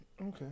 Okay